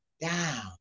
down